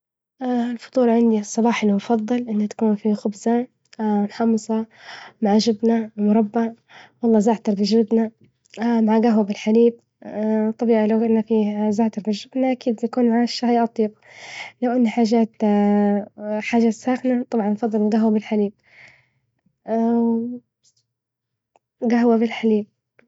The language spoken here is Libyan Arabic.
الفطور عندي الصباحي المفضل إن تكون فيه خبزة محمصة مع جبنة مربى ولا زعتر بالجبنة، مع جهوة بالحليب طبيعي لو جلنا في زعتر بالجبنة أكيد بيكون معاه الشاهي أطيب، لو إن حاجات حاجات ساخنة طبعا أفضل الجهوة بالحليب، جهوة بالحليب.